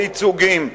בייצוגים,